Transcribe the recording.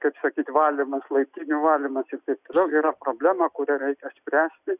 kaip sakyt valymas laiptinių valymas ir taip toliau yra problema kurią reikia spręsti